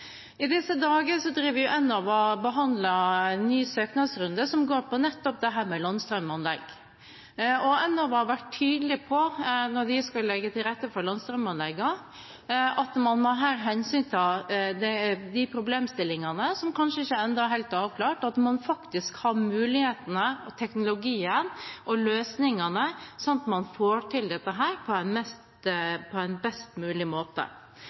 i tilfelle ikke kan det være greit at det blir gjentatt fra talerstolen. I disse dager behandler Enova ny søknadsrunde som handler om nettopp landstrømanlegg. Enova har, når de skulle legge til rette for landstrømanleggene, vært tydelig på at man her må ta hensyn til de problemstillingene som ennå kanskje ikke er avklart – at man faktisk har mulighetene, teknologien og løsningene, sånn at man får til dette på en best mulig måte.